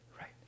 right